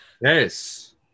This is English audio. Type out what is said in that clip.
yes